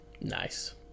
Nice